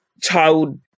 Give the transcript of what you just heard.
child